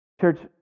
Church